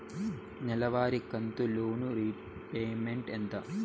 నెలవారి కంతు loan repayment ఎంత?